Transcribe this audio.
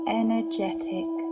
energetic